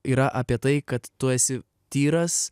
yra apie tai kad tu esi tyras